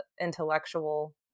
intellectual